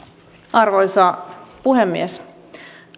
arvoisa puhemies